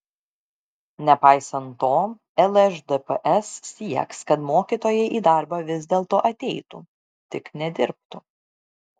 nepaisant to lšdps sieks kad mokytojai į darbą vis dėlto ateitų tik nedirbtų